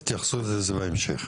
תתייחסו לזה בהמשך.